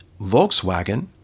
Volkswagen